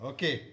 Okay